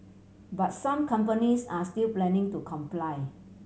but some companies are still planning to comply